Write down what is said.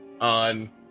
on